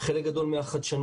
חלק גדול מהחדשנות,